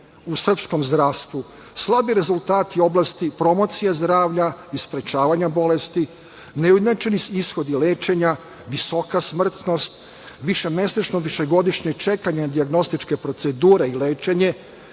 u srpskom zdravstvu. Slabi rezultati u oblasti promocije zdravlja i sprečavanja bolesti, neujednačeni ishodi lečenja, visoka smrtnost, višemesečno, višegodišnje čekanje na dijagnostičke procedure i lečenje,